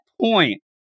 point